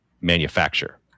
manufacture